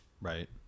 Right